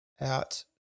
out